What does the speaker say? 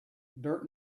dirt